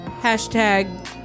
hashtag